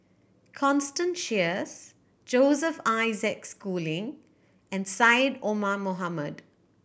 Constance Sheares Joseph Isaac Schooling and Syed Omar Mohamed